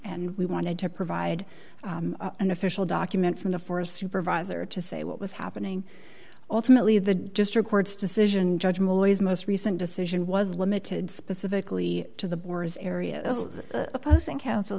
and we wanted to provide an official document from the for a supervisor to say what was happening ultimately the district court's decision judge will is most recent decision was limited specifically to the boers area opposing counsel